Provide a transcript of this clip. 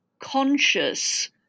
conscious